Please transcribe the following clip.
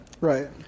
Right